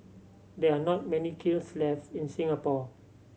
there are not many kilns left in Singapore